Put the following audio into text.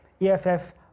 EFF